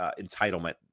entitlement